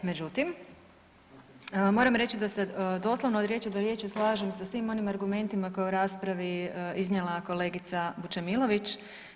Međutim, moram reći da se doslovno od riječi do riječi slažem sa svim onim argumentima koje je u raspravi iznijela kolegica Vučemilović.